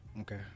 Okay